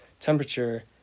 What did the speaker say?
temperature